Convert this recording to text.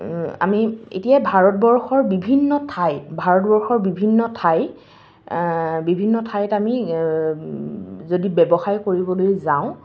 আমি এতিয়াই ভাৰতবৰ্ষৰ বিভিন্ন ঠাইত ভাৰতবৰ্ষৰ বিভিন্ন ঠাই বিভিন্ন ঠাইত আমি যদি ব্যৱসায় কৰিবলৈ যাওঁ